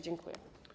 Dziękuję.